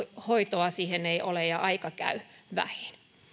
hoitoa siihen ei ole ja aika käy vähiin